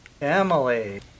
Emily